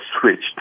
switched